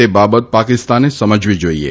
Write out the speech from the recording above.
એ બાબત પાકિસ્તાને સમજવી જોઇએ